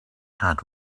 had